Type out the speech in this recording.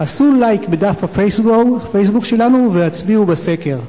עשו 'לייק' בדף ה'פייסבוק' שלנו והצביעו בסקר".